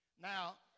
Now